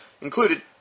included